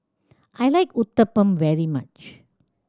I like Uthapam very much